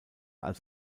als